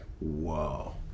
whoa